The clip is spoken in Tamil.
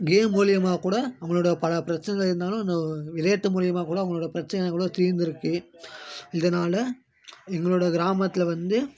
கேம் மூலிமா கூட அவங்களோட பல பிரச்சனை இருந்தாலும் நோ விளையாட்டு மூலிமா கூட அவங்களோட பிரச்சனைலாம் கூட தீர்ந்துருக்கு இதனால் எங்களோடய கிராமத்தில் வந்து